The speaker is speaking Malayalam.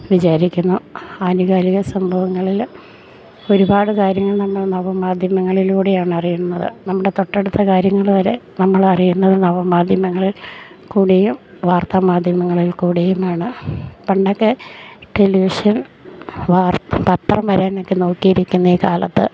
വിചാരിക്കുന്നു ആനുകാലിക സംഭവങ്ങളിൽ ഒരുപാട് കാര്യങ്ങൾ നമ്മൾ നവമാധ്യമങ്ങളിലൂടെയാണ് അറിയുന്നത് നമ്മുടെ തൊട്ടടുത്ത കാര്യങ്ങൾ വരെ നമ്മളറിയുന്നത് നവമാധ്യമങ്ങളിൽ കൂടെയും വാർത്താമാധ്യമങ്ങളിൽ കൂടിയുമാണ് പണ്ടൊക്കെ ടെലിവിഷൻ പത്രം വരാനൊക്കെ നോക്കിയിരിക്കുന്ന ഈ കാലത്ത്